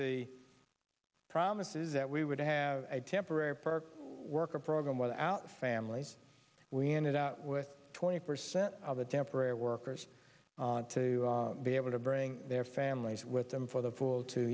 the promises that we would have a temporary per worker program without families we ended out with twenty percent of the temporary workers to be able to bring their families with them for the full two